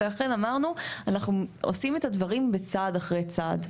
ולכן אמרנו שאנחנו עושים את הדברים בצעד אחרי צעד.